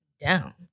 down